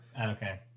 Okay